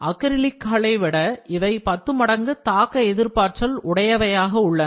அக்ரிலிக்களைவிட இவை பத்துமடங்கு தாக்க எதிர்ப்பாற்றல் உடையவையாக உள்ளன